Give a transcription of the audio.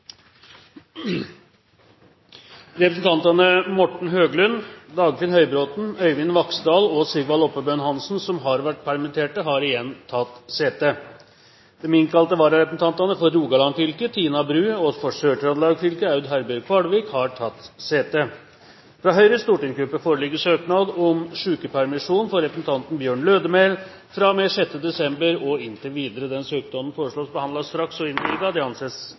Representantene Morten Høglund, Dagfinn Høybråten, Øyvind Vaksdal og Sigvald Oppebøen Hansen, som har vært permittert, har igjen tatt sete. Den innkalte vararepresentanten for Sør-Trøndelag fylke, Aud Herbjørg Kvalvik, har tatt sete. Fra Høyres stortingsgruppe foreligger søknad om sykepermisjon for representanten Bjørn Lødemel fra og med 6. desember og inntil videre. Etter forslag fra presidenten ble enstemmig besluttet: Søknaden behandles straks og